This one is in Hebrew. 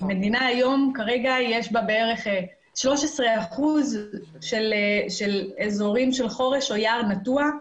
במדינה יש כ-13 אחוזים של אזורים של חורש או יער נטוע.